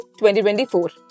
2024